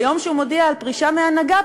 ביום שהוא מודיע על פרישה מההנהגה,